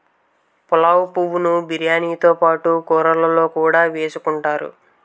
పులావు పువ్వు ను బిర్యానీతో పాటు కూరల్లో కూడా ఎసుకుంతారు